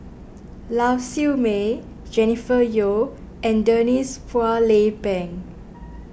Lau Siew Mei Jennifer Yeo and Denise Phua Lay Peng